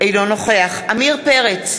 אינו נוכח עמיר פרץ,